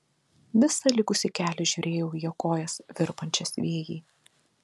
visą likusį kelią žiūrėjau į jo kojas virpančias vėjy